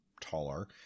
taller